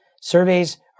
Surveys